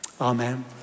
Amen